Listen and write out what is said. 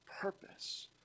purpose